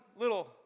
little